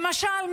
למשל,